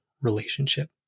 relationship